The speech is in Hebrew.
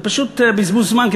זה פשוט בזבוז זמן,